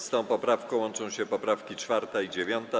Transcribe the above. Z tą poprawką łączą się poprawki 4. i 9.